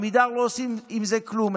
עמידר לא עושים עם זה כלום.